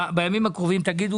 בימים הקרובים,